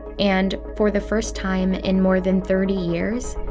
and for the first time in more than thirty years,